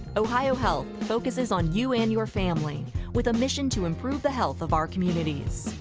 ohio health focuses on you and your family with a mission to improve the health of our communities.